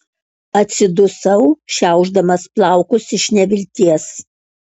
atsidusau šiaušdamas plaukus iš nevilties